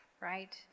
right